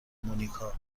مونیکا